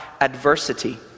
adversity